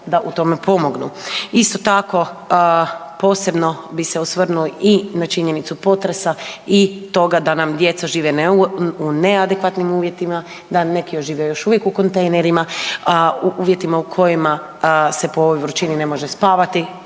da u tome pomognu. Isto tako posebno bi se osvrnuo i na činjenicu potresa i toga da nam djeca žive u neadekvatnim uvjetima, da neki žive još uvijek u kontejnerima u uvjetima u kojima se po ovoj vrućini ne može spavati,